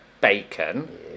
bacon